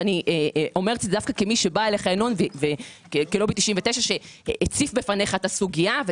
ואני אומרת את זה כמי שבאה אליך ינון כלובי 99 שהציף בפניך את הסוגיה,